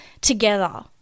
together